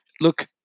look